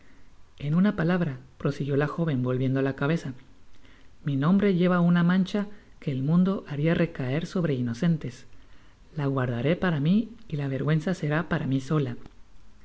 en una palabraprosiguió la joven volviéndo la cabeza mi nombre lleva una mancha que el mundo haria recaer sobre inocentes la guardaré para mi y la verguenza será para mi sola